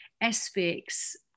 aspects